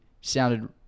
sounded